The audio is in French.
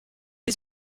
les